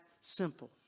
simple